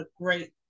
great